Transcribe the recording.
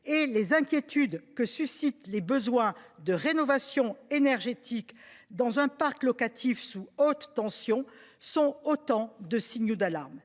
que les inquiétudes que suscitent les besoins de rénovation énergétique dans un parc locatif sous haute tension, sont autant de signaux d’alarme.